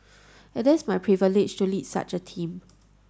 it is my privilege to lead such a team